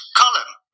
column